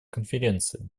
конференции